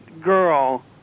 girl